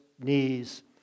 knees